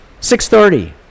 6.30